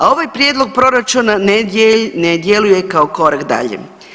A ovaj prijedlog proračuna ne djeluje kao korak dalje.